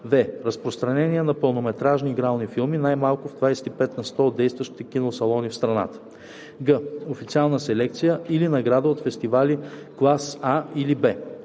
в) разпространение на пълнометражни игрални филми най- малко в 25 на сто от действащите киносалони в страната; г) официална селекция или награди от фестивали клас А или Б;